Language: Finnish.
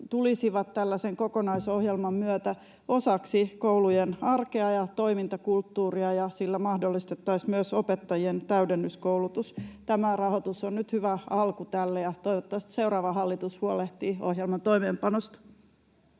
tällaisen kokonaisohjelman myötä osaksi koulujen arkea ja toimintakulttuuria, ja sillä mahdollistettaisiin myös opettajien täydennyskoulutus. Tämä rahoitus on nyt hyvä alku tälle, ja toivottavasti seuraava hallitus huolehtii ohjelman toimeenpanosta.